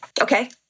Okay